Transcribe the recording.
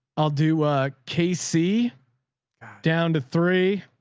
i'll do a casey down to three.